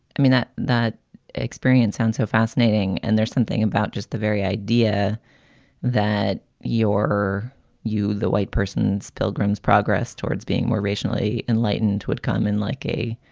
i mean, that that experience sounds so fascinating and there's something about just the very idea that your you, the white person, so pilgrim's, progress towards being more racially enlightened would come in like a.